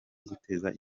guteza